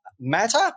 matter